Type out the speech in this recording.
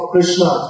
Krishna